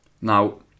Now